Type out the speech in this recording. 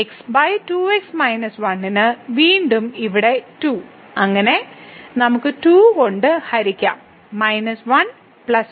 x2x 1 ന് വീണ്ടും ഇവിടെ 2 അങ്ങനെ നമുക്ക് 2 കൊണ്ട് ഹരിക്കാം 1 1